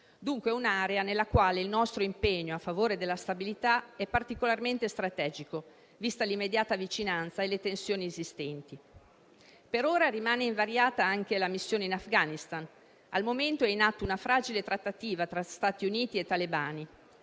Dunque, un'area nella quale il nostro impegno a favore della stabilità è particolarmente strategico, vista l'immediata vicinanza e le tensioni esistenti. Per ora rimane invariata anche la missione in Afghanistan; al momento è in atto una fragile trattativa tra Stati Uniti e talebani.